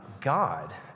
God